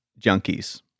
junkies